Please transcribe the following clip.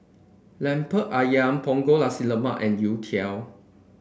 lemper ayam Punggol Nasi Lemak and youtiao